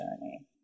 journey